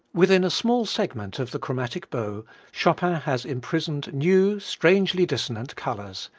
within a small segment of the chromatic bow chopin has imprisoned new, strangely dissonant colors.